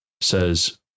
says